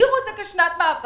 במיוחד לעמותות,